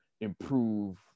improve